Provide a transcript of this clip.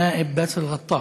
באסל גטאס,